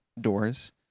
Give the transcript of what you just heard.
doors